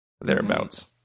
Thereabouts